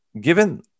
given